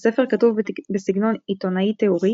הספר כתוב בסגנון עיתונאי-תיאורי,